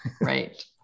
right